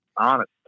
Honest